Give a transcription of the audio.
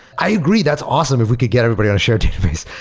i agree. that's awesome if we could get everybody on a shared database,